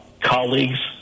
colleagues